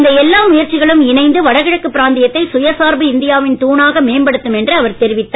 இந்த எல்லா முயற்சிகளும் இணைந்து வடகிழக்கு பிராந்தியத்தை சுயசார்பு இந்தியா வின் தாணாக மேம்படுத்தும் என்று அவர் தெரிவித்தார்